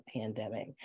pandemic